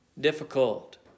difficult